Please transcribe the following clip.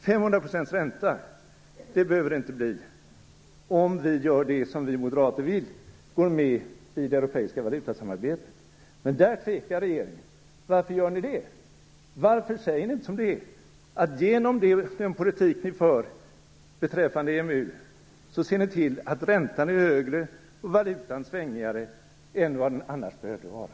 500 procents ränta behöver det inte bli om vi gör det som vi moderater vill: går med i det europeiska valutasamarbetet. Men där tvekar regeringen. Varför gör ni det? Varför säger ni inte som det är? Genom den politik ni för beträffande EMU ser ni till att räntan är högre och valutan mindre stabil än den annars hade behövt vara.